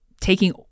taking